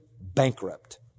bankrupt